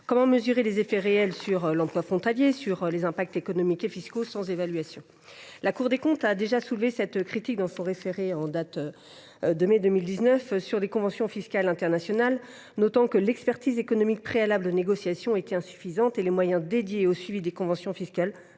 comment mesurer ses effets réels sur l’emploi frontalier et ses conséquences économiques et fiscales ? La Cour des comptes a déjà soulevé cette critique dans son référé de mai 2019 sur les conventions fiscales internationales, relevant que l’expertise économique préalable aux négociations était insuffisante et que les moyens consacrés au suivi des conventions fiscales